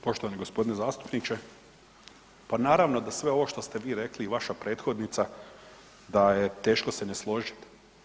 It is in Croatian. Poštovani g. zastupniče, pa naravno da sve ovo što ste vi rekli i vaša prethodnica da je teško se ne složit.